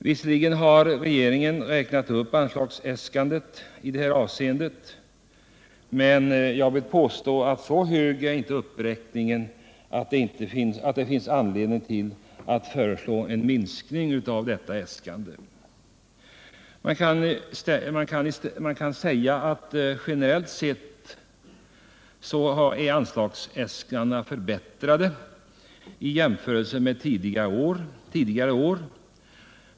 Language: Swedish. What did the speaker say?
Visserligen har regeringen räknat upp anslagen i det här avseendet, men jag vill påstå att så hög är inte uppräkningen att det finns anledning att föreslå en minskning. Man kan säga att generellt sett har anslagsäskandena förbättrats i jämförelse med tidigare år.